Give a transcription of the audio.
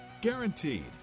Guaranteed